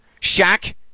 Shaq